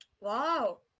wow